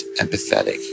empathetic